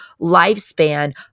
lifespan